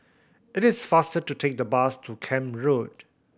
it is faster to take the bus to Camp Road